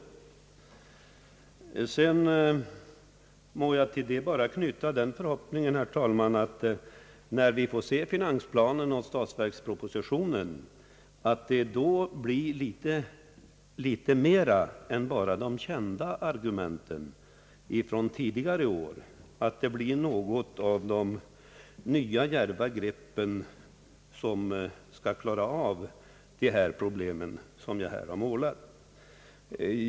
Jag vill till detta bara knyta den förhoppningen, herr talman, att vi när vi får se finansplanen och statsverkspropositionen finner litet mer än bara de kända argumenten från tidigare år, att det blir något av nya djärva grepp som skall klara av de problem som jag här har redovisat.